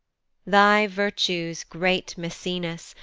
thy virtues, great maecenas!